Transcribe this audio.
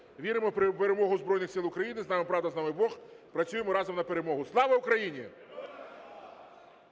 Віримо в перемогу Збройних Сил України. З нами правда, з нами Бог! Працюємо разом на перемогу. Слава Україні!